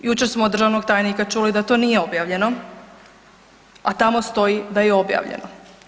Jučer smo od državnog tajnika čuli da to nije objavljeno, a tamo stoji da je objavljeno.